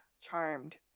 charmed